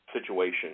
situation